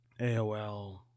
AOL